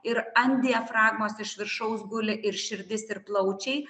ir ant diafragmos iš viršaus guli ir širdis ir plaučiai